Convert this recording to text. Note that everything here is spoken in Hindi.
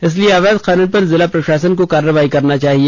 इसलिए अवैध खनन पर जिला प्रशासन को कार्रवाई करनी चाहिए